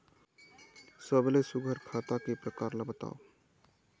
सबले सुघ्घर खाता के प्रकार ला बताव?